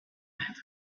about